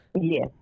Yes